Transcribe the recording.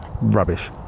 Rubbish